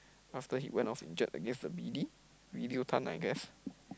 after he went off injured against the Vidi Videoton I guess